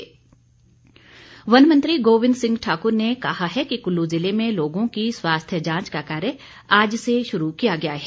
गोविंद ठाकुर वन मंत्री गोविंद सिंह ठाकुर ने कहा है कि कुल्लू ज़िले में लोगों की स्वास्थ्य जांच का कार्य आज से शुरू किया गया है